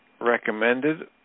recommended